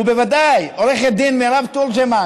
ובוודאי לעו"ד מרב תורג'מן,